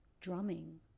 drumming